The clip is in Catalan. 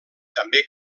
també